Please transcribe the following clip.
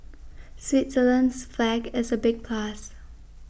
Switzerland's flag is a big plus